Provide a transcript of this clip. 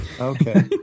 Okay